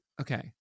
okay